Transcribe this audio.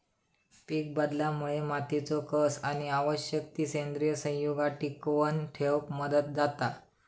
पीकबदलामुळे मातीचो कस आणि आवश्यक ती सेंद्रिय संयुगा टिकवन ठेवक मदत जाता